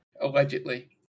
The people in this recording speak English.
allegedly